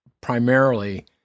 primarily